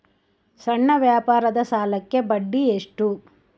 ಸಣ್ಣ ವ್ಯಾಪಾರದ ಸಾಲಕ್ಕೆ ಬಡ್ಡಿ ಎಷ್ಟು?